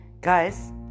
Guys